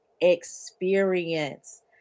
experience